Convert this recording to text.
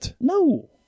No